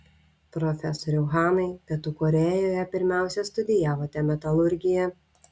profesoriau hanai pietų korėjoje pirmiausia studijavote metalurgiją